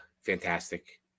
Fantastic